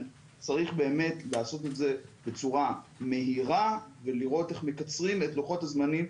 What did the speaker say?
צריך באמת לעשות את זה בצורה מהירה ולראות איך מקצרים את לוחות הזמנים,